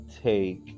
take